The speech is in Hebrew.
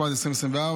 התשפ"ד 2024,